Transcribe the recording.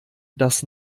das